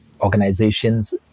organizations